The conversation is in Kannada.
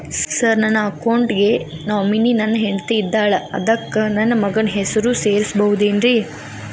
ಸರ್ ನನ್ನ ಅಕೌಂಟ್ ಗೆ ನಾಮಿನಿ ನನ್ನ ಹೆಂಡ್ತಿ ಇದ್ದಾಳ ಅದಕ್ಕ ನನ್ನ ಮಗನ ಹೆಸರು ಸೇರಸಬಹುದೇನ್ರಿ?